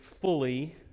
fully